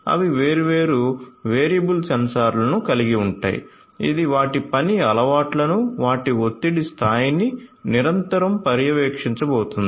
అవి వేర్వేరు వేరియబుల్ సెన్సార్లను కలిగి ఉంటాయి ఇది వాటి పని అలవాట్లను వాటి ఒత్తిడి స్థాయిని నిరంతరం పర్యవేక్షించబోతోంది